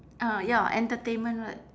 ah ya entertainment right